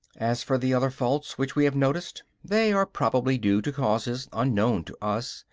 as for the other faults which we have noticed, they are probably due to causes unknown to us,